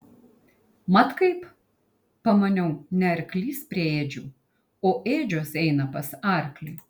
mat kaip pamaniau ne arklys prie ėdžių o ėdžios eina pas arklį